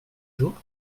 jours